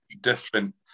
different